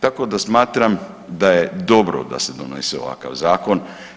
Tako da smatram da je dobro da se donese ovakav zakon.